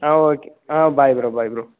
ah okay ah bye bro bye bro